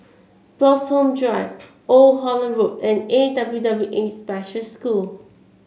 Bloxhome Drive Old Holland Road and A W W A Special School